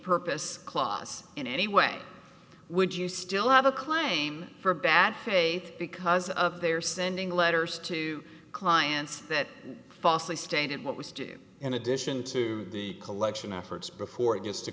purpose clause in any way would you still have a claim for bad faith because of their sending letters to clients that fosli stated what was due in addition to the collection efforts before it